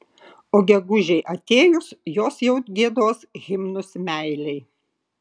o gegužei atėjus jos jau giedos himnus meilei